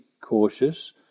cautious